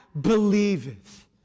believeth